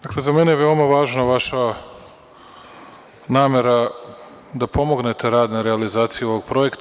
Dakle, za mene je veoma važna vaša namera da pomognete rad na realizaciji ovog projekta.